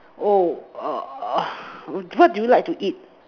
oh uh uh what do you like to eat